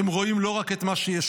הם רואים לא רק את מה שישנו,